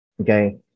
Okay